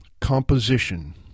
composition